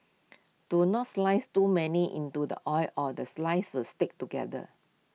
do not slice too many into the oil or the slices was stick together